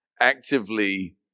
Actively